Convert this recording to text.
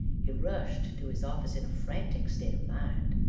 he rushed to his office in a frantic state of mind.